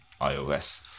iOS